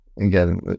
again